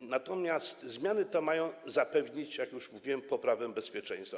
natomiast zmiany te mają zapewnić, jak już mówiłem, poprawę bezpieczeństwa.